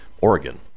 Oregon